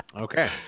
Okay